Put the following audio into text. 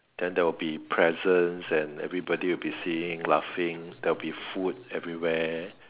then there will be presents and everybody will be seeing laughing there will be food everywhere